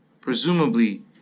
Presumably